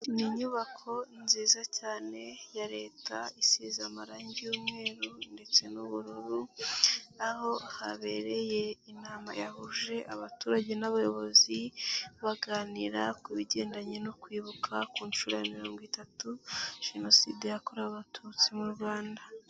Ni inyubako nziza cyane ya Leta isize amarangi y'umweru ndetse n'ubururu, aho habereye inama yahuje abaturage n'abayobozi baganira ku bigendanye no kwibuka ku nshuro ya mirongo itatu Jenoside yakorewe Abatutsi mu Rwanda.